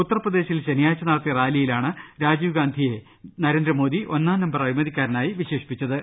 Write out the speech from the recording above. ഉത്തർപ്രദേശിൽ ശനിയാഴ്ച്ച നടത്തിയ റാലിയിലാണ് രാജീവ് ഗാന്ധിയെ നരേന്ദ്രമോദി ഒന്നാം നമ്പർ അഴിമതിക്കാരനായി വിശേ ഷിപ്പിച്ചത്